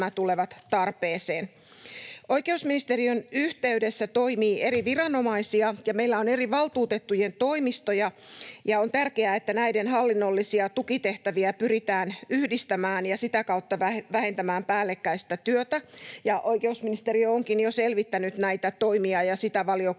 Oikeusministeriön yhteydessä toimii eri viranomaisia, ja meillä on eri valtuutettujen toimistoja, ja on tärkeää, että näiden hallinnollisia tukitehtäviä pyritään yhdistämään ja sitä kautta vähentämään päällekkäistä työtä. Oikeusministeriö onkin jo selvittänyt näitä toimia, ja sitä valiokunta